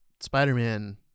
Spider-Man